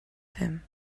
him